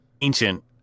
ancient